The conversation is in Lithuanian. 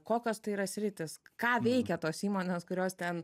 kokios tai yra sritys ką veikia tos įmonės kurios ten